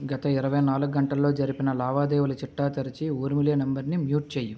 గత ఇరువై నాలుగు గంటలలో జరిపిన లావాదేవీల చిట్టా తెరచి ఊర్మిళ నంబరుని మ్యూట్ చేయి